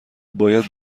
باید